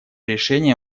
решение